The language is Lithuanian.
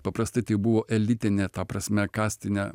paprastai tai buvo elitinė ta prasme kastine